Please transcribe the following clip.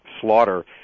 slaughter